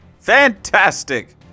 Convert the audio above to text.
Fantastic